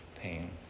pain